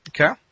Okay